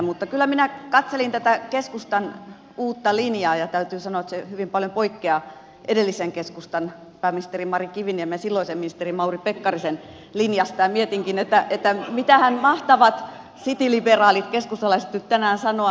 mutta kyllä minä katselin tätä keskustan uutta linjaa ja täytyy sanoa että se hyvin paljon poikkeaa edellisen keskustan pääministeri mari kiviniemen ja silloisen ministeri mauri pekkarisen linjasta ja mietinkin mitähän mahtavat cityliberaalit keskustalaiset nyt tänään sanoa